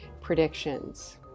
predictions